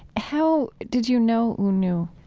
how did you know u nu?